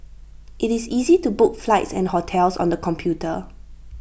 IT is easy to book flights and hotels on the computer